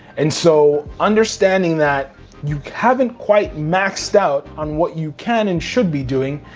and so understanding that you haven't quite maxed out on what you can and should be doing,